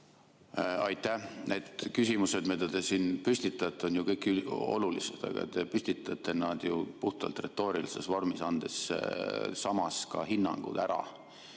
Aitäh! Need küsimused, mida te siin püstitate, on kõik olulised, aga te püstitate nad ju puhtalt retoorilises vormis, andes samas hinnanguid.